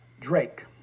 Drake